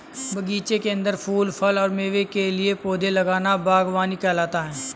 बगीचे के अंदर फूल, फल और मेवे के लिए पौधे लगाना बगवानी कहलाता है